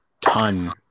ton